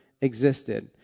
existed